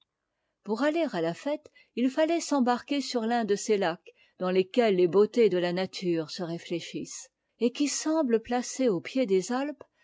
pour aller à la fête il fallait s'embarquer sur l'un de ces lacs dans lesquels les beautés de la nature se réuéehissent et qui semblent placés au pied des alpes